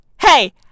hey